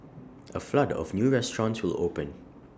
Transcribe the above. A flood of new restaurants will open